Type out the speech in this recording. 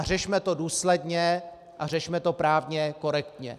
Řešme to důsledně a řešme to právně korektně.